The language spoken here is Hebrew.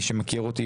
מי שמכיר אותי,